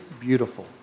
beautiful